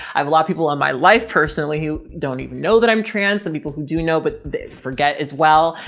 i've a lot of people in my life personally who don't even know that i'm trans. and people who do know, but they forget as well,